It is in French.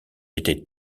était